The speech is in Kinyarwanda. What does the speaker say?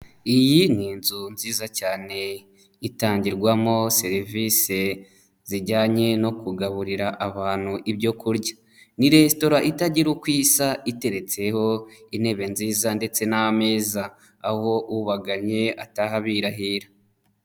Iyi ni inzu nziza cyane itangirwamo serivise zijyanye no kugaburira abantu ibyo kurya, ni resitora itagira uko isa iteretseho intebe nziza ndetse n'ameza aho ubagannye ataha abirahira.